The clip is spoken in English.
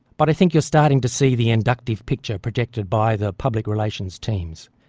but i think you are starting to see the inductive picture projected by the public relations teams.